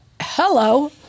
Hello